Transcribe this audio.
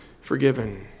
forgiven